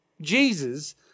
Jesus